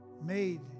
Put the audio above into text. made